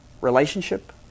relationship